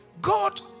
God